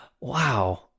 Wow